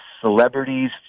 celebrities